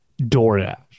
DoorDash